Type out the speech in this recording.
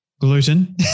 gluten